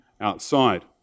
outside